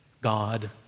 God